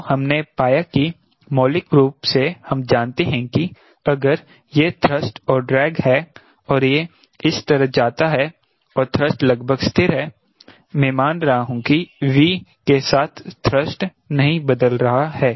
तो हमने पाया कि मौलिक रूप से हम जानते हैं कि अगर यह थ्रस्ट और ड्रैग है और यह इस तरह जाता है और थ्रस्ट लगभग स्थिर है मैं मान रहा हूं कि V के साथ थ्रस्ट नहीं बदल रहा है